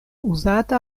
uzata